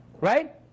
Right